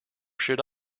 should